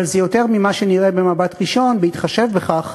אבל זה יותר ממה שנראה במבט ראשון, בהתחשב בכך